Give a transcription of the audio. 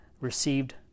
received